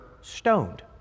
stoned